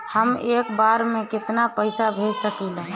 हम एक बार में केतना पैसा भेज सकिला?